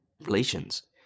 relations